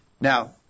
Now